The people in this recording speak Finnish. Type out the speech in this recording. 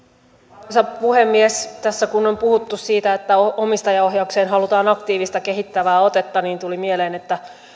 arvoisa puhemies tässä kun on puhuttu siitä että omistajaohjaukseen halutaan aktiivista kehittävää otetta niin tuli mieleen